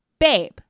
Babe